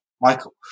Michael